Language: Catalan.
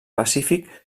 pacífic